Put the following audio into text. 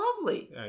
lovely